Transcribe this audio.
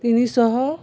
ତିନିଶହ